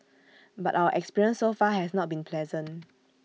but our experience so far has not been pleasant